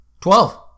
twelve